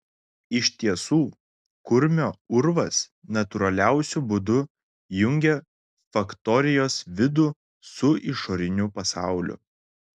iš tiesų kurmio urvas natūraliausiu būdu jungė faktorijos vidų su išoriniu pasauliu